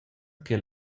che